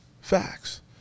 facts